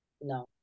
No